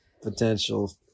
Potential